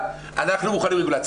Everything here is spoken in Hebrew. אנחנו מוכנים לרגולציה.